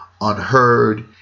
unheard